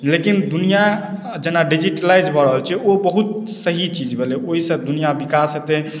लेकिन दुनिआँ जेना डिजिटलाइज्ड भऽ रहल छै ओ बहुत सही चीज भेलै ओहिसँ दुनिआँ विकास हेतै